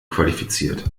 qualifiziert